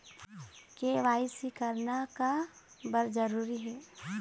KYC करना का बर जरूरी हे?